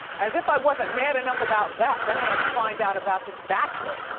as if i wasn't mad enough about that, then i had to find out about this bachelor.